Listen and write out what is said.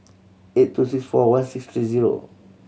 eight two six four one six three zero